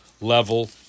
level